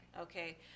Okay